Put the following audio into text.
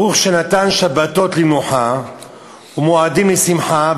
ברוך שנתן שבתות למנוחה ומועדים לשמחה,